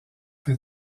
fin